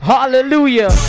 Hallelujah